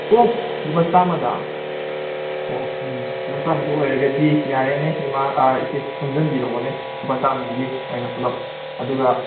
ꯑꯣꯍ ꯂꯨꯄꯥ ꯆꯥꯃꯗ ꯑꯣꯀꯦ ꯂꯨꯄꯥ ꯆꯥꯃꯗ ꯑꯣꯏꯔꯗꯤ ꯌꯥꯔꯦꯅꯦ ꯏꯃꯥ ꯏꯆꯦ ꯌꯣꯝꯖꯟꯕꯤꯔꯛꯑꯣꯅꯦ ꯂꯨꯄꯥ ꯆꯥꯃꯗꯨꯒꯤ ꯑꯣꯏꯅ ꯄꯨꯂꯞ ꯑꯗꯨꯒ